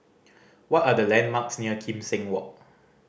what are the landmarks near Kim Seng Walk